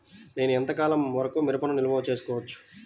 నేను ఎంత కాలం వరకు మిరపను నిల్వ చేసుకోవచ్చు?